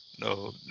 no